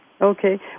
Okay